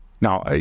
Now